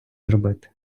зробити